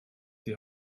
die